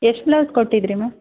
ಎಷ್ಟು ಬ್ಲೌಸ್ ಕೊಟ್ಟಿದ್ದಿರಿ ಮ್ಯಾಮ್